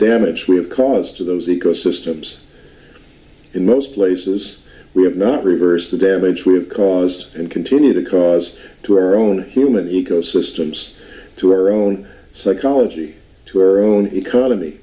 damage we have caused to those ecosystems in most places we have not reverse the damage we've caused and continue to cause to our own human ecosystems to our own psychology to our own economy